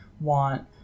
want